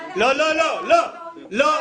--- לא, לא, לא.